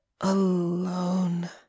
alone